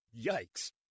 Yikes